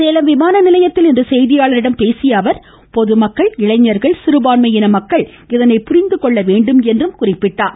சேலம் விமான நிலையத்தில் இன்று செய்தியாளர்களிடம் பேசிய அவர் பொதுமக்கள் இளைஞர்கள் சிறுபான்மையின மக்கள் இதனை புரிந்துகொள்ள வேண்டும் என்றார்